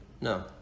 No